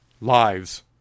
lives